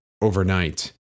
overnight